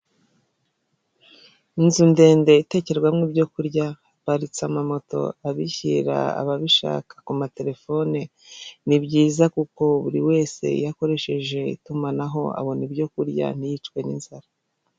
Inzu ndende itetekererwamo ibyo kurya haparitse amamoto abishyira ababishaka ku ma terefone ni byiza kuko buri wese iyo akoresheje itumanaho abona ibyo kurya ntiyicwe n'inzara.